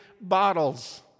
bottles